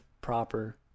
proper